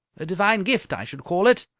a divine gift, i should call it.